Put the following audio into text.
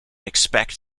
expect